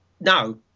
no